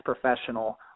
professional